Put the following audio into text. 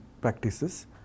practices